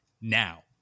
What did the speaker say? now